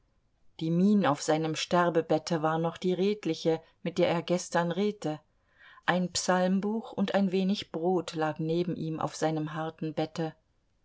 die mien auf seinem sterbebette war noch die redliche mit der er gestern redte ein psalmbuch und ein wenig brot lag neben ihm auf seinem harten bette